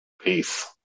Peace